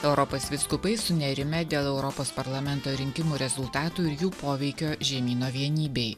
europos vyskupai sunerimę dėl europos parlamento rinkimų rezultatų ir jų poveikio žemyno vienybei